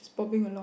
bopping along